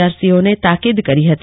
આરસીઓને તાકીદ કરી હતી